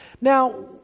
Now